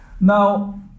Now